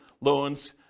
loans